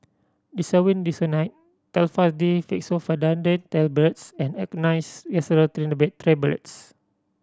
Desowen Desonide Telfast D Fexofenadine Tablets and Angised Glyceryl Trinitrate Tablets